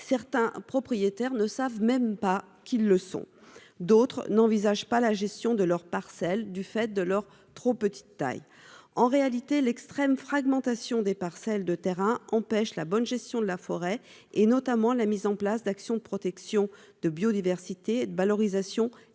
Certains propriétaires ne savent même pas qu'ils le sont ; d'autres n'envisagent pas la gestion de leur parcelle du fait d'une trop petite superficie. En réalité, l'extrême fragmentation des parcelles de terrain empêche la bonne gestion de la forêt, notamment la mise en place d'actions de protection de la biodiversité et de valorisation économique